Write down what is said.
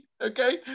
Okay